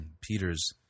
Peter's